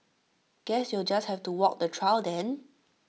guess you'll just have to walk the trail then